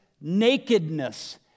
nakedness